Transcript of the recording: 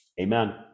Amen